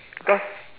cause